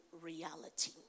reality